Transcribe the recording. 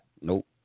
Nope